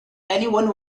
anyone